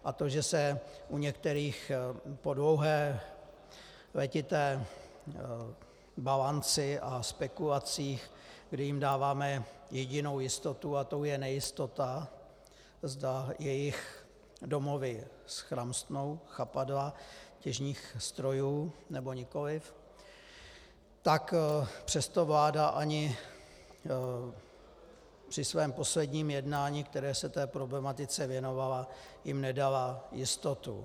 A to, že se u některých po dlouhé, letité balanci a spekulacích, kdy jim dáváme jedinou jistotu, a tou je nejistota, zda jejich domovy schramstnou chapadla těžebních strojů, nebo nikoliv, tak přesto jim vláda ani při svém posledním jednání, které se té problematice věnovalo, nedala jistotu.